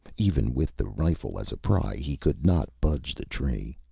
even with the rifle as a pry, he could not budge the tree.